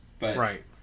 Right